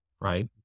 right